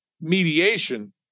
mediation